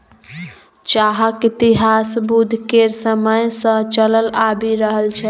चाहक इतिहास बुद्ध केर समय सँ चलल आबि रहल छै